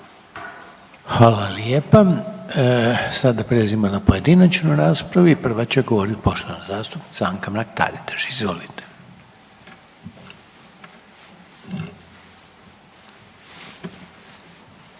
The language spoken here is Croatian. Hvala lijepa. Sada prelazimo na pojedinačnu raspravu i prva će govoriti poštovana zastupnica Anka Mrak Taritaš. Izvolite.